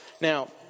Now